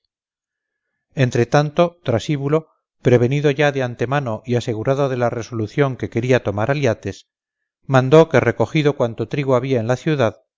abrasado entretanto trasíbulo prevenido ya de antemano y asegurado de la resolución que quería tomar aliates mandó que recogido cuanto trigo había en la ciudad